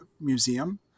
Museum